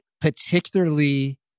particularly